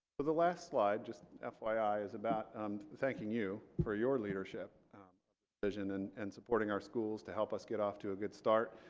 but the last slide just ah fyi is about i'm thanking you for your leadership vision and and supporting our schools to help us get off to a good start.